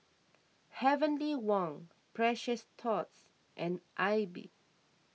Heavenly Wang Precious Thots and Aibi